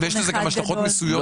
יש לזה גם השלכות מיסויות אחרות.